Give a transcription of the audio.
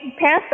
passed